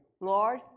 Lord